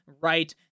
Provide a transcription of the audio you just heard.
right